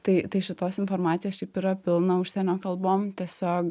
tai tai šitos informacijos šiaip yra pilna užsienio kalbom tiesiog